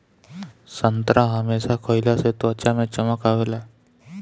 संतरा हमेशा खइला से त्वचा में चमक आवेला